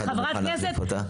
אף אחד לא יוכל להחליף אותה.